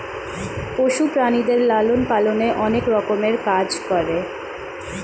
পশু প্রাণীদের লালন পালনে অনেক রকমের কাজ করে